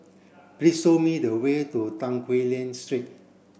please show me the way to Tan Quee Lan Street